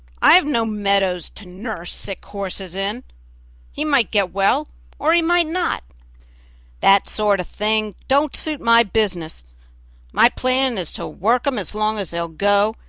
i have no meadows to nurse sick horses in he might get well or he might not that sort of thing don't suit my business my plan is to work em as long as they'll go,